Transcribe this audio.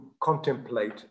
contemplate